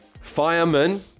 fireman